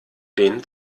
den